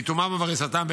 באיטומם ובהריסתם,